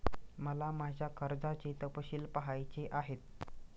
मला माझ्या कर्जाचे तपशील पहायचे आहेत